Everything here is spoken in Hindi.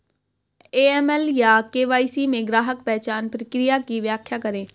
ए.एम.एल या के.वाई.सी में ग्राहक पहचान प्रक्रिया की व्याख्या करें?